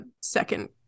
second